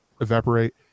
evaporate